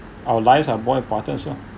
our lives are more important so